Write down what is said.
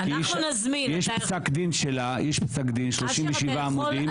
יש פסק דין שלה, יש פסק דין, 37 עמודים.